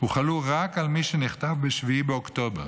הוחלו רק על מי שנחטף ב-7 באוקטובר,